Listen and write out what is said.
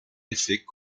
effet